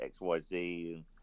XYZ